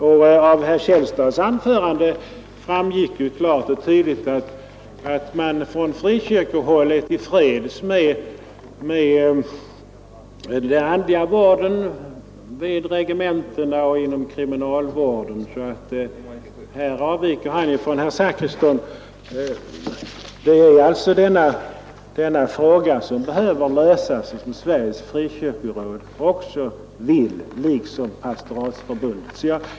Av herr Källstads anförande framgick klart och tydligt att man från frikyrkohåll är till freds med den andliga vården vid regementena och inom kriminalvården. Här avviker han från herr Zachrisson. Det är alltså bara denna fråga om den andliga vården vid sjukhusen som behöver lösas och som Sveriges frikyrkoråd vill lösa liksom också pastoratsförbundet.